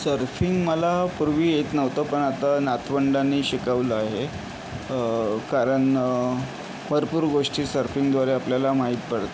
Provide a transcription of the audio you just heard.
surfing मला पूर्वी येत नव्हतं पण आता नातवंडानी शिकवलं आहे कारण भरपूर गोष्टी सर्फिंगद्वारे आपल्याला माहीत पडतात